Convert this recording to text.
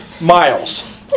miles